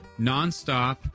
nonstop